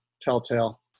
telltale